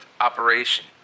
operation